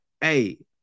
hey